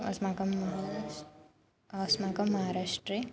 अस्माकं महाराष्ट्रम् अस्माकं महाराष्ट्रे